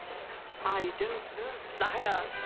i don't know. liar!